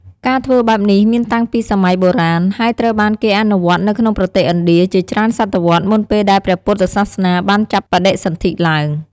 ការធ្វើបែបនេះមានតាំងពីសម័យបុរាណ ហើយត្រូវបានគេអនុវត្តនៅក្នុងប្រទេសឥណ្ឌាជាច្រើនសតវត្សរ៍មុនពេលដែលព្រះពុទ្ធសាសនាបានចាប់បដិសន្ធិឡើង។